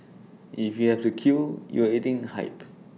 if you have to queue you are eating hype